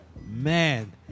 Man